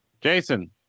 Jason